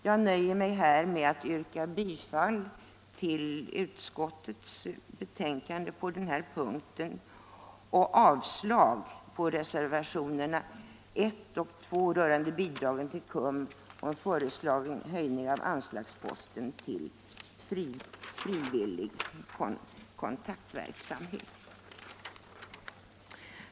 Jag nöjer mig här med att yrka bifall till utskottets hemställan och avslag på reservationerna 1 och 2 rörande bidrag till KRUM och föreslagen höjning av anslagsposten till frivillig kontaktverksamhet.